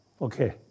Okay